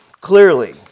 Clearly